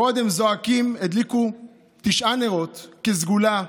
בעוד הם זועקים הדליקו תשעה נרות כסגולה,